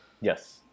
Yes